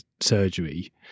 surgery